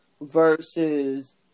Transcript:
Versus